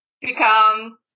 become